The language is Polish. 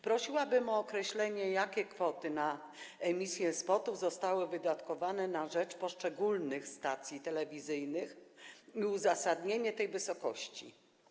Prosiłabym o określenie, jakie kwoty na emisję spotów zostały wydatkowane na rzecz poszczególnych stacji telewizyjnych i uzasadnienie tej wysokości.